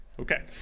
Okay